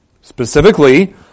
specifically